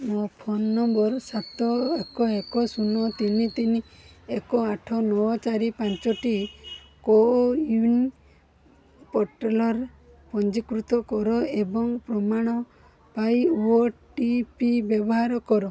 ମୋ phone number ସାତ ଏକ ଏକ ଶୂନ ତିନି ତିନି ଏକ ଆଠ ନଅ ଚାରି ପାଞ୍ଚଟି କୋୱିନ୍ ପୋଟାର୍ଲର ପଞ୍ଜୀକୃତ କର ଏବଂ ପ୍ରମାଣ ପାଇଁ ଓ ଟି ପି ବ୍ୟବହାର କର